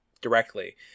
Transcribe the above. directly